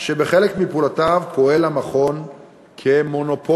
שבחלק מפעולותיו פועל המכון כמונופול,